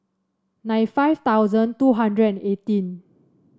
ninety five thousand two hundred and eighteen